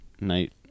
night